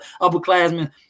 upperclassmen